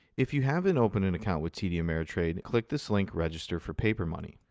if you haven't opened an account with td ameritrade, click this link register for papermoney.